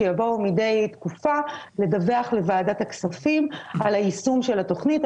שיבואו מדי תקופה לדווח לוועדת הכספים על יישום התוכנית,